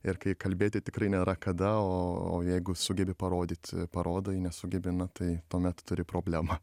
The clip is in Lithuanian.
ir kai kalbėti tikrai nėra kada o jeigu sugebi parodyt parodai nesugebi na tai tuomet turi problemą